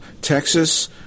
Texas